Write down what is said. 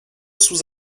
sous